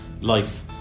life